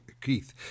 Keith